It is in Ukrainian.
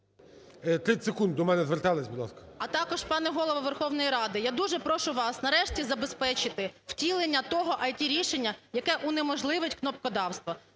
30 секунд. До мене зверталися. Будь ласка. ОСТРІКОВА Т.Г. А також, пане Голово Верховної Ради, я дуже прошу вас нарешті забезпечити втілення того ІТ-рішення, яке унеможливить "кнопкодавство".